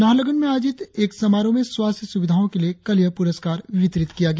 नाहरलगुन में आयोजित एक समारोह में स्वास्थ्य सुविधाओं के लिए कल यह पुरस्कार वितरित किया गया